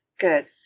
good